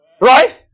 Right